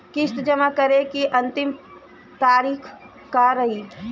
किस्त जमा करे के अंतिम तारीख का रही?